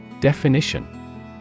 Definition